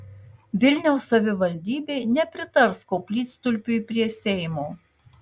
vilniaus savivaldybė nepritars koplytstulpiui prie seimo